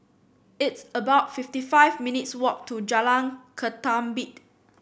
it's about fifty five minutes' walk to Jalan Ketumbit